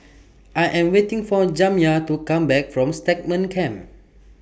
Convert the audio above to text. I Am waiting For Jamya to Come Back from Stagmont Camp